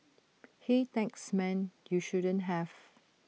hey thanks man you shouldn't have